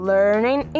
Learning